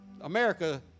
america